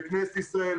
בכנסת ישראל,